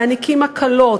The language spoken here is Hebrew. מעניקים הקלות,